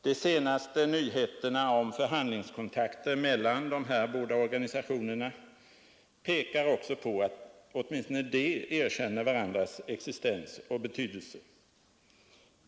De senaste nyheterna om förhandlingskontakter mellan de här båda organisationerna pekar också på att åtminstone de erkänner varandras existens och betydelse.